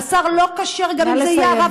הבשר לא כשר, נא לסיים.